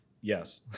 Yes